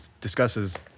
discusses